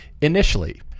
initially